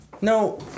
No